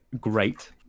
great